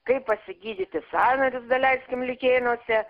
kaip pasigydyti sąnarius daleiskim likėnuose